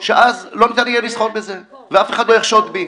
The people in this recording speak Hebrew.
שאז לא ניתן יהיה לסחור בזה, ואף אחד לא יחשוד בי.